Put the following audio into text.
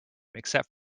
except